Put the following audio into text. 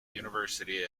university